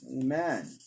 Amen